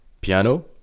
piano